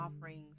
offerings